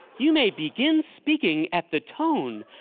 you may begin speaking at the tone.